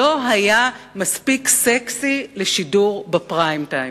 לא היה מספיק סקסי לשידור בפריים-טיים.